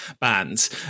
bands